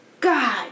God